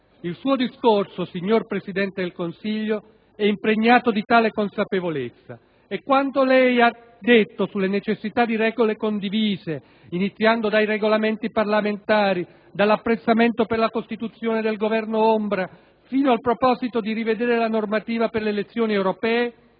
Il suo discorso, signor Presidente del Consiglio, è impregnato di tale consapevolezza. E quanto lei ha detto sulla necessità di regole condivise - iniziando dai Regolamenti parlamentari, dall'apprezzamento per la costituzione del governo ombra, fino al proposito di rivedere la normativa per le elezioni europee